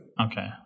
Okay